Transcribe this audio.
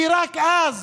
כי רק אז